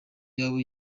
yabo